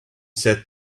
said